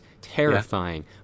Terrifying